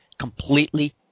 Completely